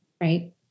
right